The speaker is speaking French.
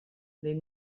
les